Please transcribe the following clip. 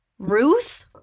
Ruth